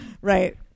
right